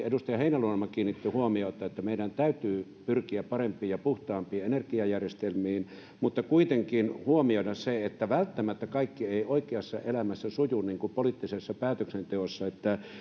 edustaja heinäluoma kiinnitti huomiota että meidän täytyy pyrkiä parempiin ja puhtaampiin energiajärjestelmiin mutta kuitenkin huomioida se että välttämättä kaikki ei oikeassa elämässä suju niin kuin poliittisessa päätöksenteossa ne